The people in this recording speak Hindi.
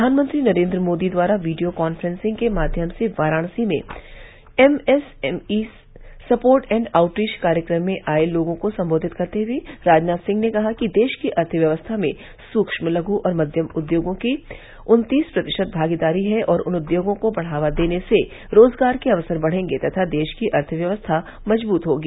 प्रधानमंत्री नरेन्द्र मोदी द्वारा वीडियो कांफ्रेंसिंग के माध्यम से वाराणसी में एमएसएमई सपोर्ट एण्ड आउटरीच कार्यक्रम में आये लोगों को संबोधित करते हुए राजनाथ सिंह ने कहा कि देश की अर्थव्यवस्था में सुक्ष्म लघू और मध्यम उद्योगों की उन्तीस प्रतिशत भागीदारी है और इन उद्योगो को बढ़ावा देने से रोजगार के अक्सर बढ़ेंगे तथा देश की अर्थव्यवस्था मजबूत होगी